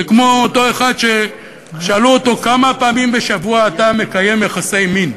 זה כמו אותו אחד ששאלו אותו: כמה פעמים בשבוע אתה מקיים יחסי מין?